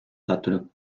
sattunud